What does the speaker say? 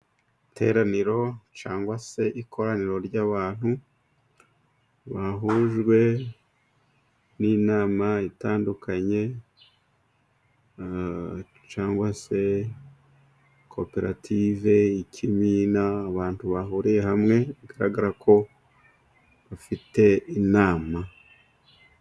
Iteraniro cyangwa se ikoraniro ry'abantu bahujwe n'inama itandukanye cyangwa se koperative, ikimina abantu bahuriye hamwe bigaragara ko bafite inama.